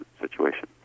situation